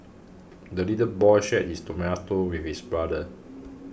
the little boy shared his tomato with his brother